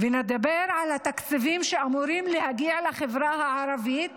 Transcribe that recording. ונדבר על התקציבים שאמורים להגיע לחברה הערבית